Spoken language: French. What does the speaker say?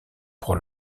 pour